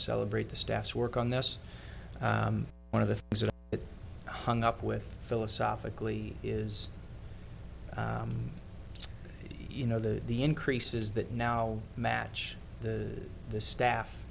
celebrate the staff's work on this one of the hung up with philosophically is you know the the increases that now match the the staff